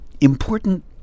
important